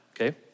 Okay